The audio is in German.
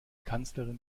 kanzlerin